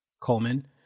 Coleman